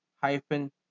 hyphen